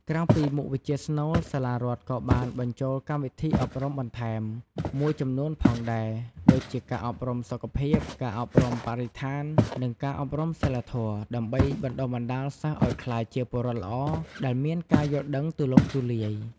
ក្រៅពីមុខវិជ្ជាស្នូល សាលារដ្ឋក៏បាន បញ្ចូលកម្មវិធីអប់រំបន្ថែម មួយចំនួនផងដែរ ដូចជាការអប់រំសុខភាព ការអប់រំបរិស្ថាន និងការអប់រំសីលធម៌ ដើម្បីបណ្តុះបណ្តាលសិស្សឱ្យក្លាយជាពលរដ្ឋដែលមានការយល់ដឹងទូលំទូលាយ។